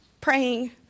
praying